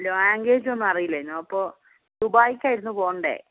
ലാംഗ്വേജൊന്നും അറിയില്ലേനു അപ്പോൾ ദുബായിക്കായിരുന്നു പോകേണ്ടത്